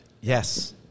Yes